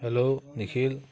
hello Nikhil